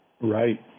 Right